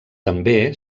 també